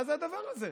מה זה הדבר הזה?